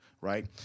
right